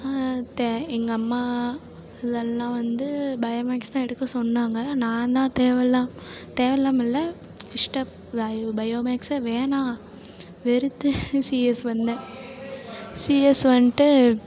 தெ எங்கள் அம்மா இதெல்லாம் வந்து பயோ மேக்ஸ் தான் எடுக்க சொன்னாங்க நான் தான் தேவைல்லாம தேவைல்லாம இல்லை இஷ்டப் வே பயோ மேக்ஸ் வேணாம் வெறுத்து சி சிஎஸ் வந்தேன் சிஎஸ் வந்துட்டு